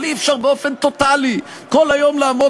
אבל אי-אפשר באופן טוטלי כל היום לעמוד